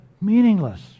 Meaningless